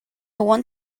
want